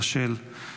רשל,